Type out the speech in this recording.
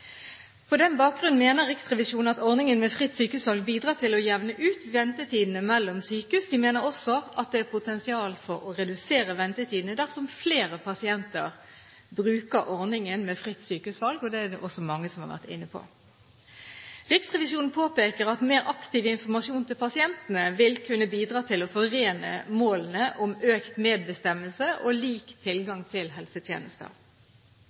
På den bakgrunn mener Riksrevisjonen at ordningen med fritt sykehusvalg bidrar til å jevne ut ventetidene mellom sykehus. De mener også at det er potensial for å redusere ventetidene dersom flere pasienter bruker ordningen med fritt sykehusvalg, noe også mange har vært inne på. Riksrevisjonen påpeker at mer aktiv informasjon til pasientene vil kunne bidra til å forene målene om økt medbestemmelse og lik tilgang til helsetjenester.